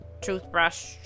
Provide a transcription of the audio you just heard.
Toothbrush